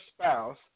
spouse